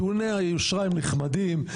טיעוני היושרה הם נחמדים,